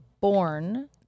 born